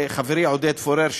לחברי עודד פורר,